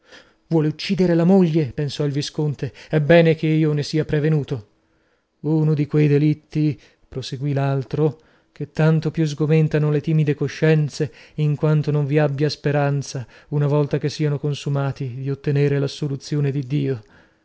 vuol uccidere la moglie pensò il visconte è bene ch'io ne sia prevenuto uno di quei delitti proseguì l'altro che tanto più sgomentano le timide coscienze in quanto non vi abbia speranza una volta che sieno consumati di ottenere l'assoluzione di dio